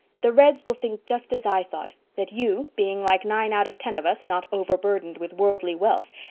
the reds will think just as i thought that you, being like nine out of ten of us, not overburdened with worldly wealth,